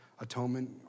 atonement